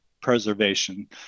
preservation